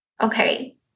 okay